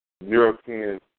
European